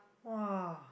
!wah!